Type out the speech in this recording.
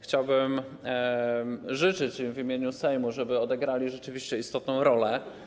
Chciałbym życzyć im w imieniu Sejmu, żeby odegrali rzeczywiście istotną rolę.